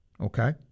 okay